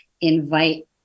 invite